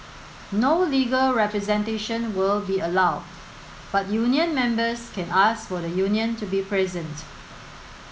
no legal representation will be allowed but union members can ask for the union to be present